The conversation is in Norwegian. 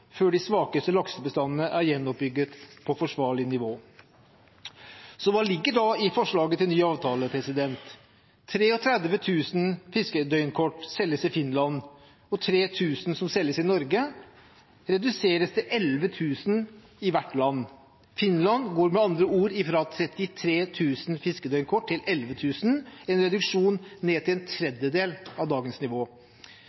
før de svakeste laksebestandene er gjenoppbygget til forsvarlig nivå. Så hva ligger da i forslaget til ny avtale? 33 000 fiskedøgnkort som selges i Finland, og 3 000 som selges i Norge, endres til 11 000 i hvert land. Finland går med andre ord fra 33 000 fiskedøgnkort til 11 000, en reduksjon ned til en